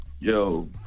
Yo